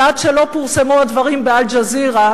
ועד שלא פורסמו הדברים ב"אל-ג'זירה",